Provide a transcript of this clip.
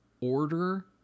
order